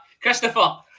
Christopher